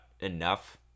enough